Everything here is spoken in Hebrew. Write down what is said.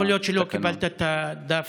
יכול להיות שלא קיבלת את הדף